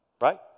right